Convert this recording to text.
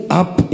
up